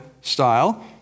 style